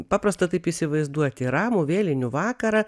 paprasta taip įsivaizduoti ramų vėlinių vakarą